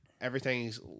everything's